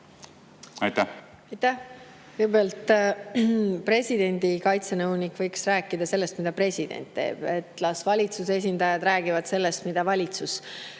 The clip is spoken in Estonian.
Aitäh! Kõigepealt, presidendi kaitsenõunik võiks rääkida sellest, mida president teeb. Las valitsuse esindajad räägivad sellest, mida valitsus